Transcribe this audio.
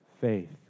faith